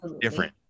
different